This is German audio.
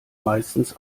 meistens